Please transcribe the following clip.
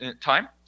time